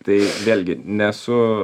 tai vėlgi nesu